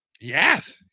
yes